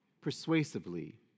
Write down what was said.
persuasively